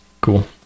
cool